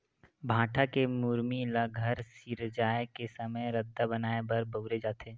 भाठा के मुरमी ल घर सिरजाए के समे रद्दा बनाए म बउरे जाथे